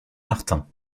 martin